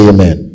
Amen